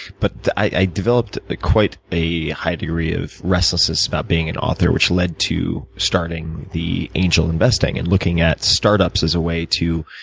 but i developed quite a high degree of restlessness about being an author, which led to starting the angel investing and looking at startups as a way to